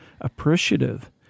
appreciative